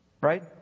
right